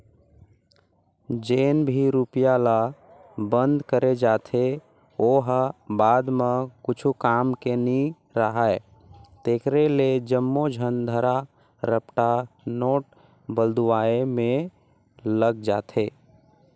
जेन भी रूपिया ल बंद करे जाथे ओ ह बाद म कुछु काम के नी राहय तेकरे ले जम्मो झन धरा रपटा नोट बलदुवाए में लग जाथे